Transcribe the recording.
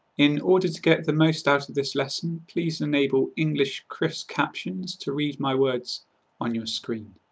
in order to get the most out of this lesson, please enable english chris captions to read my words on your screen.